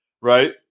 right